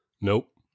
Nope